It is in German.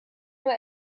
nur